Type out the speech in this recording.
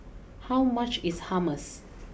how much is Hummus